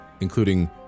including